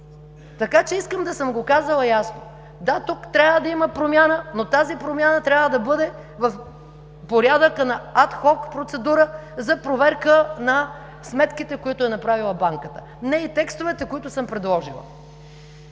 така че искам да съм казала ясно. Да, тук трябва да има промяна, но тази промяна трябва да бъде в порядъка на адхок процедура за проверка на сметките, които е направила банката. Не и текстовете, които съм предложила.